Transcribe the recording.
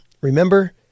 remember